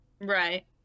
Right